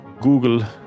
Google